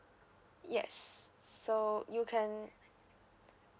yes so you can